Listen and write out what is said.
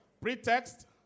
Pretext